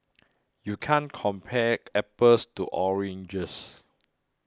you can't compare apples to oranges